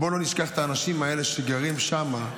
בואו לא נשכח את האנשים האלה שגרים שם.